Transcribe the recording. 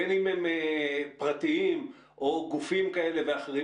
בין אם הם פרטיים או גופים כאלה ואחרים,